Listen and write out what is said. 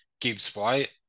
Gibbs-White